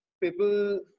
people